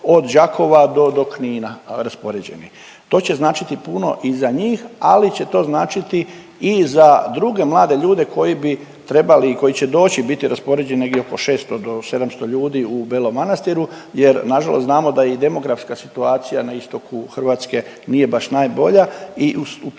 od Đakova do, do Knina raspoređeni. To će značiti puno i za njih ali će to značiti i za druge mlade ljude koji bi trebali i koji će doći biti raspoređeni negdje oko 600 do 700 ljudi u Belom Manastiru jer na žalost znamo da i demografska situacija na istoku Hrvatske nije baš najbolja i u tom